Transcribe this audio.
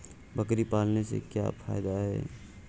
बकरी पालने से क्या फायदा है?